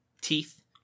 teeth